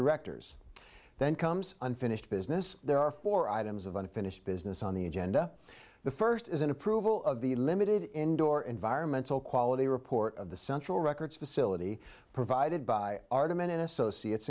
directors then comes unfinished business there are four items of unfinished business on the agenda the first is an approval of the limited indoor environmental quality report of the central records facility provided by argument in associates